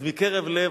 אז מקרב לב,